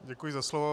Děkuji za slovo.